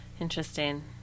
Interesting